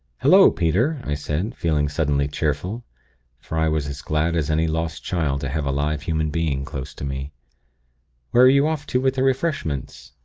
hullo, peter i said, feeling suddenly cheerful for i was as glad as any lost child to have a live human being close to me. where are you off to with the refreshments